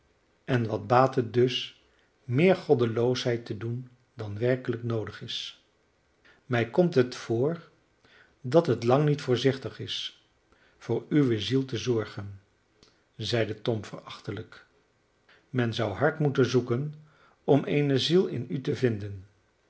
en wat baat het dus meer goddeloosheid te doen dan werkelijk noodig is mij komt het voor dat het lang niet voorzichtig is voor uwe ziel te zorgen zeide tom verachtelijk men zou hard moeten zoeken om eene ziel in u te vinden